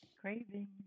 Craving